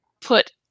put